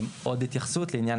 עוד התייחסות לעניין,